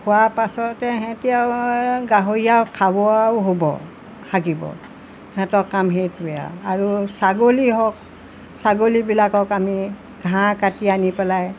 খোৱা পাছতে সিহঁতে আৰু গাহৰিয়েও খাব আৰু শুব হাগিব সিহঁতৰ কাম সেইটোৱে আৰু আৰু ছাগলী হওক ছাগলীবিলাকক আমি ঘাঁহ কাটি আনি পেলাই